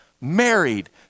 married